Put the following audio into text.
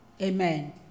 Amen